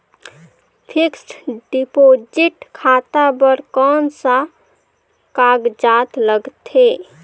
Fixed deposit खाता बर कौन का कागजात लगथे?